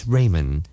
Raymond